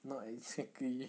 not exactly